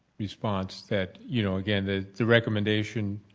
response that you know again the the recommendation